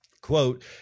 Quote